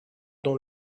dont